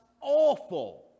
awful